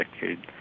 decade